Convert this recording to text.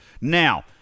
Now